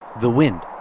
the wind.